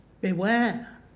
Beware